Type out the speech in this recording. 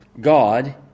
God